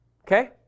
Okay